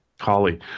Holly